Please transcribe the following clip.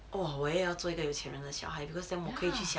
!wah! 我也要做一个有钱人的小孩 because then 我会去想